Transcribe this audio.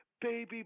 baby